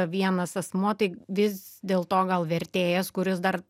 vienas asmuo tai vis dėlto gal vertėjas kuris dar